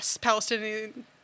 Palestinian